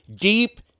deep